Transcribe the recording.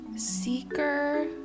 seeker